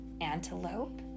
antelope